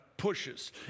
pushes